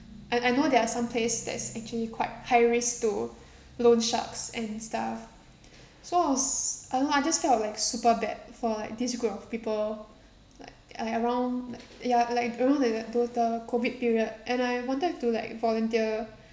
and I know there are some place that's actually quite high risk to loan sharks and stuff so I was I don't know I just felt like super bad for like this group of people like I around like ya like around that the ya like around COVID period and I wanted to like volunteer